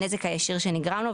הנזק הישיר שנגרם לו.